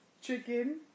chicken